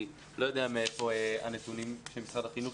אני לא יודע מאיפה הנתונים של משרד החינוך,